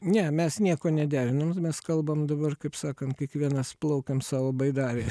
ne mes nieko nederinom mes kalbam dabar kaip sakant kiekvienas plaukiam savo baidarėj